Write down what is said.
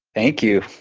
thank you.